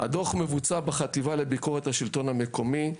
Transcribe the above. הדוח מבוצע בחטיבה לביקורת השלטון המקומי,